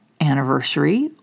anniversary